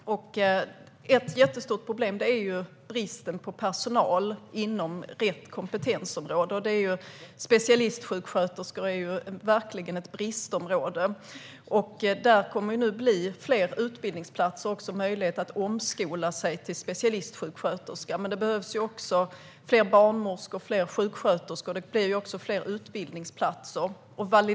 Ett jättestort problem är bristen på personal inom rätt kompetensområde. Specialistsjuksköterskor är verkligen ett bristområde. Det kommer nu att bli fler utbildningsplatser och också en möjlighet att omskola sig till specialistsjuksköterska. Men det behövs också fler barnmorskor och fler sjuksköterskor, och det blir också fler utbildningsplatser.